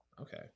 Okay